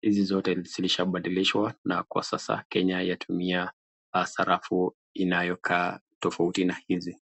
hizi zote zilishabadilishwa na kwa sasa kenya yatumia sarafu inayo kaa tofauti na hizi.